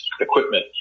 equipment